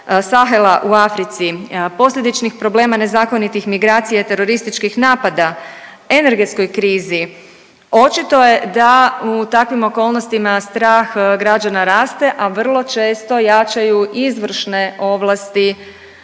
Sahela u Africi, posljedičnih problema nezakonitih migracija i terorističkih napada, energetskoj krizi, očito je da u takvim okolnostima strah građana raste, a vrlo često jačaju izvršne ovlasti